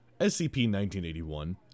SCP-1981